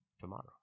tomorrow